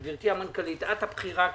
גברתי המנכ"לית, את הבכירה כאן.